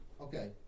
Okay